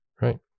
right